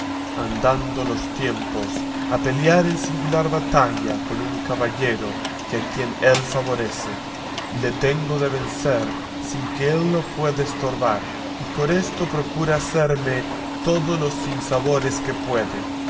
andando los tiempos a pelear en singular batalla con un caballero a quien él favorece y le tengo de vencer sin que él lo pueda estorbar y por esto procura hacerme todos los sinsabores que puede